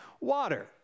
water